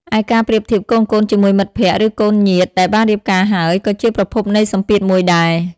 ឯការប្រៀបធៀបកូនៗជាមួយមិត្តភក្តិ ឬកូនញាតិដែលបានរៀបការហើយ ក៏ជាប្រភពនៃសម្ពាធមួយដែរ ។